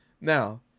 Now